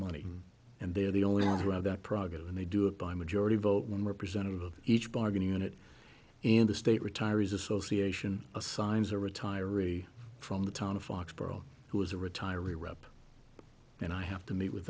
money and they are the only ones who have that praga and they do it by majority vote one representative of each bargaining unit in the state retirees association assigns a retiree from the town of foxborough who is a retiree rep and i have to meet with